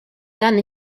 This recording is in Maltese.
dan